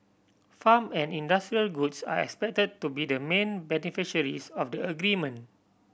farm and industrial goods are expected to be the main beneficiaries of the agreement